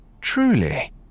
Truly